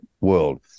world